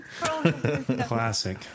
Classic